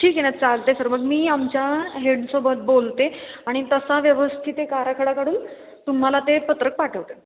ठीक आहे ना चालते सर मग मी आमच्या हेडसोबत बोलते आणि तसा व्यवस्थित आराखडा काढून तुम्हाला ते पत्रक पाठवते